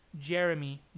Jeremy